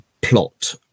plot